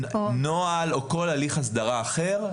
או כל הליך הסדרה אחר.